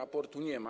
Aportu nie ma.